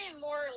more